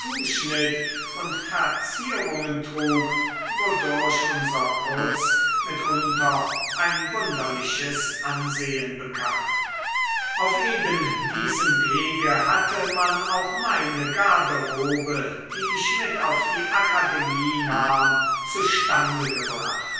zuschnitt und verzierungen trug wodurch unser putz mitunter ein wunderliches ansehen bekam auf eben diesem wege hatte man auch meine garderobe die ich mit auf die akademie nahm zustande gebracht